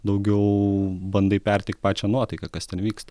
daugiau bandai perteikt pačią nuotaiką kas ten vyksta